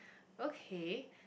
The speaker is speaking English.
okay